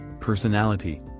personality